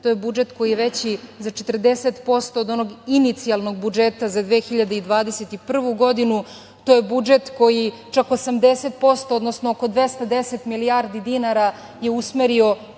je budžet koji je veći za 40% od onog inicijalnog budžeta za 2021. godinu, to je budžet koji čak 80%, odnosno 210 milijardi dinara je usmerio